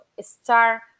start